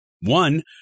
one